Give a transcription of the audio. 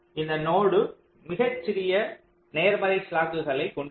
இந்த நோடு மிகச்சிறிய நேர்மறை ஸ்லாக் குகளை கொண்டுள்ளது